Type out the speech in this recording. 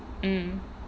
mm